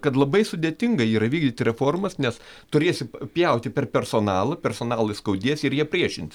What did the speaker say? kad labai sudėtinga yra vykdyti reformas nes turėsi pjauti per personalą personalui skaudės ir jie priešinsis